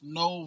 no